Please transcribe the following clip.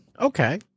Okay